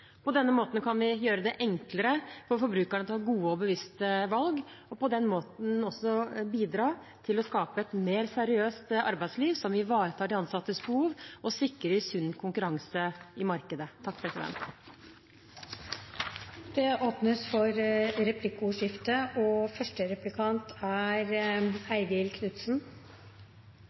På denne måten kan vi gjøre det enklere for forbrukerne å ta gode og bevisste valg, og på den måten bidra til å skape et mer seriøst arbeidsliv, som vil ivareta de ansattes behov og sikre konkurranse i markedet. Det blir replikkordskifte.